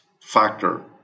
factor